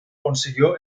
consiguió